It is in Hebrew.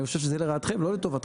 אני חושב שזה יהיה לרעתכם ולא לטובתכם,